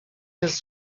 jest